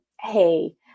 hey